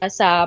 sa